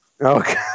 Okay